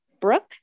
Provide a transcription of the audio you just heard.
Brooke